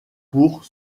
pour